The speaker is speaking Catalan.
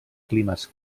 climes